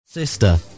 Sister